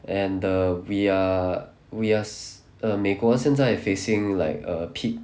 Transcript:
and err we are we are s~ err 美国现在 facing like a peak